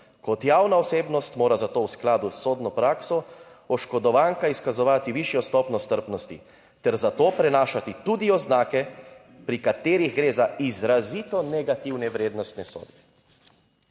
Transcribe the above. Kot javna osebnost mora za to v skladu s sodno prakso oškodovanka izkazovati višjo stopnjo strpnosti ter za to prenašati tudi oznake, pri katerih gre za izrazito negativne vrednostne sodbe."